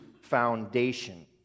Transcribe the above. foundation